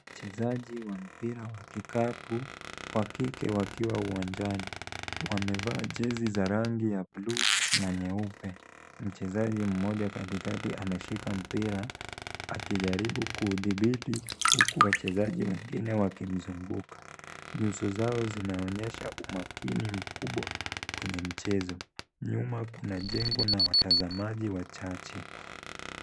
Wachezaji wa mpira wa kikapu wa kike wakiwa uwanjani wamevaa jezi za rangi ya bluu na nyeupe. Mchezaji mmoja katikati ameshika mpira akijaribu kuudhibiti huku wachezaji wengine wakimzunguka. Nyuso zao zinaonyesha umakini mkubwa kwenye mchezo. Nyuma kuna jengo na watazamaji wachache.